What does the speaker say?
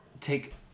take